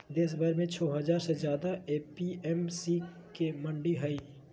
देशभर में छो हजार से ज्यादे ए.पी.एम.सी के मंडि हई